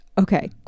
Okay